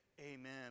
amen